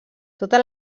tota